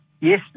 Yes